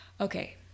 Okay